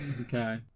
Okay